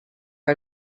are